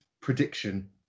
prediction